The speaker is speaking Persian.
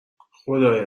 خدای